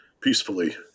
peacefully